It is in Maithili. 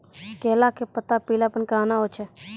केला के पत्ता पीलापन कहना हो छै?